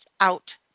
out